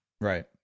right